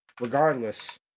Regardless